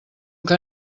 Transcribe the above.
que